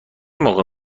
موقع